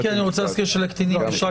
אם כי אני רוצה להזכיר שלקטינים יש רק